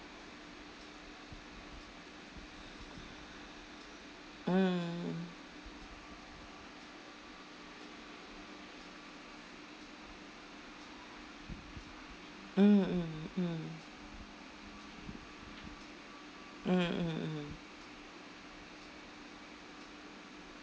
mm mm mm mm mm mm mm